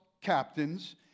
captains